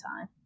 time